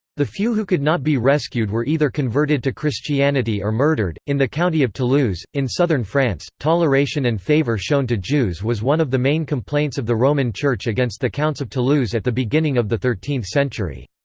the few who could not be rescued were either converted to christianity or murdered in the county of toulouse, in southern france, toleration and favour shown to jews was one of the main complaints of the roman church against the counts of toulouse at the beginning of the thirteenth century.